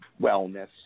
wellness